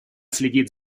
следит